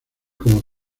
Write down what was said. como